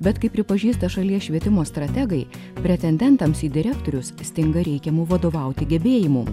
bet kaip pripažįsta šalies švietimo strategai pretendentams į direktorius stinga reikiamų vadovauti gebėjimų